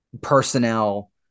personnel